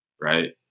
right